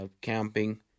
camping